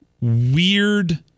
weird